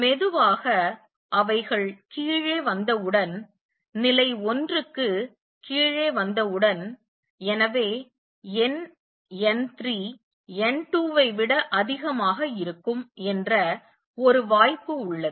மெதுவாக அவைகள் கீழே வந்தவுடன் நிலை ஒன்றுக்கு கீழே வந்தவுடன் எனவே எண் n3 n2 விட அதிகமாக இருக்கும் என்ற ஒரு வாய்ப்பு உள்ளது